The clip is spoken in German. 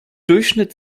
durchschnitt